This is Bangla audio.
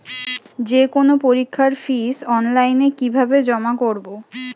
যে কোনো পরীক্ষার ফিস অনলাইনে কিভাবে জমা করব?